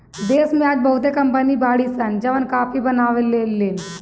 देश में आज बहुते कंपनी बाड़ी सन जवन काफी बनावे लीन